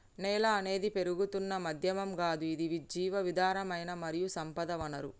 నేల అనేది పెరుగుతున్న మాధ్యమం గాదు ఇది జీవధారమైన మరియు సంపద వనరు